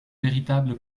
véritable